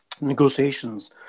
Negotiations